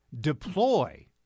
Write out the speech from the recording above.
deploy